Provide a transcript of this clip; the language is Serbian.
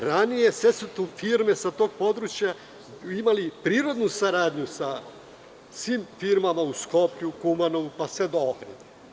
Ranije su sve firme sa tog područja imale prirodnu saradnju sa svim firmama u Skoplju, Kumanovu, pa sve do Ohrida.